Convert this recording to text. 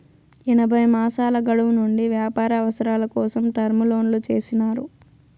ఎనభై మాసాల గడువు నుండి వ్యాపార అవసరాల కోసం టర్మ్ లోన్లు చేసినారు